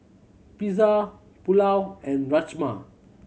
Pizza Pulao and Rajma